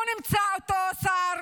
איפה נמצא אותו שר